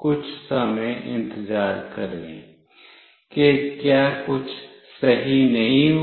कुछ समय इंतजार करें कि क्या कुछ सही नहीं हुआ